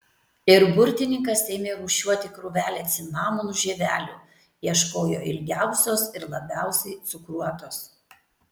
ir burtininkas ėmė rūšiuoti krūvelę cinamonų žievelių ieškojo ilgiausios ir labiausiai cukruotos